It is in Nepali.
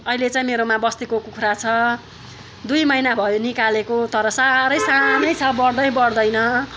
अहिले चाहिँ मेरोमा बस्तीको कुखुरा छ दुई महिना भयो निकालेको तर साह्रै सानै छ बढ्दै बढ्दैन